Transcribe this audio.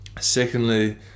Secondly